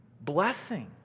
Blessing